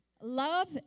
Love